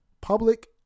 public